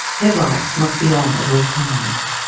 headlights must be on at all times.